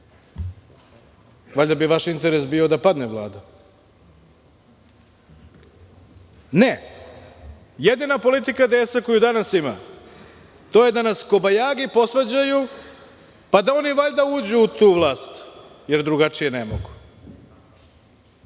Valjda bi vaš interes bio da padne Vlada. Ne, jedina politika DS koju danas ima je da nas kobajagi posvađaju, pa da oni valjda uđu u tu vlast, jer drugačije ne mogu. Još